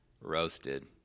roasted